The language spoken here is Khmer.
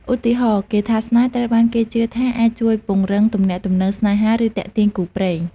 ឧទាហរណ៍ គាថាស្នេហ៍ត្រូវបានគេជឿថាអាចជួយពង្រឹងទំនាក់ទំនងស្នេហា ឬទាក់ទាញគូព្រេង។